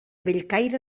bellcaire